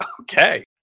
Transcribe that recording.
Okay